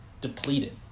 depleted